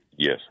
Yes